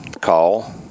call